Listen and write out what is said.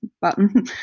button